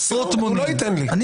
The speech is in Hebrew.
הוא לא ייתן לי לדבר.